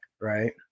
Right